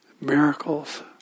Miracles